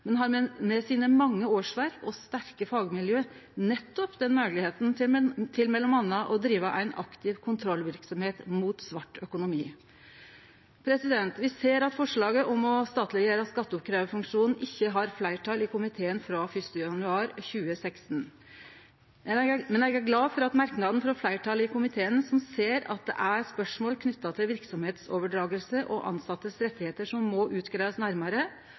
men at dei med sine mange årsverk og sitt sterke fagmiljø nettopp m.a. kan drive ei aktiv kontrollverksemd mot svart økonomi. Vi ser at forslaget om å statleggjere skatteoppkrevjarfunksjonen frå 1. januar 2016 ikkje har fleirtal i komiteen, men eg er glad for merknaden frå fleirtalet i komiteen, som ser at det er spørsmål knytte til verksemdsoverdraging og tilsette sine rettar som må utgreiast